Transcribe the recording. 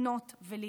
לפנות ולהתלונן.